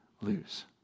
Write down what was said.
lose